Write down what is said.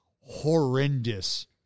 horrendous